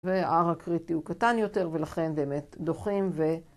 ‫וההר הקריטי הוא קטן יותר, ‫ולכן באמת דוחים ו...